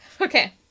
Okay